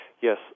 Yes